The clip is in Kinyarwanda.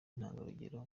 intangarugero